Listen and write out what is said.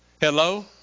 Hello